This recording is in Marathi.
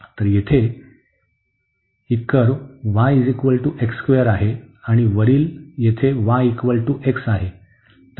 तर येथे ही कर्व्ह y आहे आणि वरील येथे y x आहे